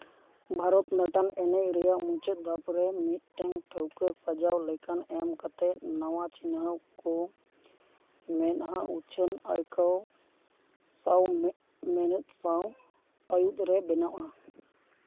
ᱵᱷᱟᱨᱚᱛ ᱱᱟᱴᱴᱚᱢ ᱮᱱᱮᱡ ᱨᱮᱭᱟᱜ ᱢᱩᱪᱟᱹᱫ ᱫᱷᱟᱯ ᱨᱮ ᱢᱤᱫᱴᱟᱝ ᱴᱷᱟᱹᱣᱠᱟᱹ ᱥᱟᱡᱟᱣ ᱞᱮᱠᱷᱟᱱ ᱮᱢ ᱠᱟᱛᱮᱫ ᱱᱟᱣᱟ ᱪᱤᱱᱦᱟᱹᱣ ᱠᱚ ᱢᱮᱫ ᱦᱟ ᱩᱪᱷᱟᱹᱱ ᱟᱹᱭᱠᱟᱹᱣ ᱥᱟᱶ ᱢᱤᱫ ᱢᱮᱱᱮᱫ ᱥᱟᱶ ᱟᱹᱭᱟᱹᱛ ᱨᱮ ᱵᱮᱱᱟᱜᱼᱟ